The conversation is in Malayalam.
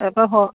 എപ്പ ഹോ